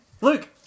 Luke